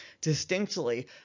distinctly